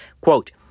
quote